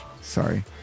Sorry